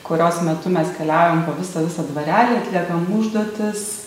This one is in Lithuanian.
kurios metu mes keliaujam po visą visą dvarelį atliekam užduotis